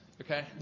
Okay